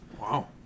Wow